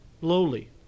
lowly